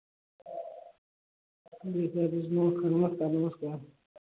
यह बता दीजिए खरोंट का रेट क्या है